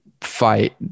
fight